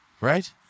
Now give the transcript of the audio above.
right